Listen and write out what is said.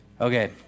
Okay